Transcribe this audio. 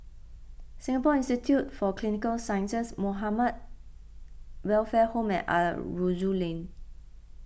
Singapore Institute for Clinical Sciences Muhamma Welfare Home and Aroozoo Lane